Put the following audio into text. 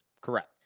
Correct